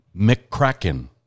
McCracken